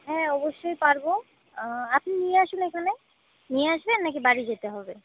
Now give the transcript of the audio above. হ্যাঁ অবশ্যই পারব আপনি নিয়ে আসুন এখানে নিয়ে আসবেন না কি বাড়ি যেতে হবে